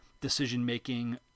decision-making